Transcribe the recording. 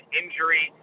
injury